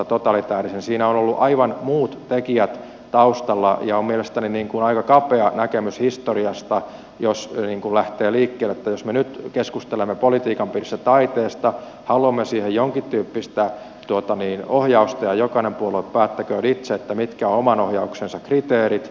siinä ovat olleet aivan muut tekijät taustalla ja on mielestäni aika kapea näkemys historiasta jos lähtee liikkeelle siitä että jos me nyt keskustelemme politiikan piirissä taiteesta haluamme siihen jonkin tyyppistä ohjausta ja jokainen puolue päättäköön itse mitkä ovat oman ohjauksensa kriteerit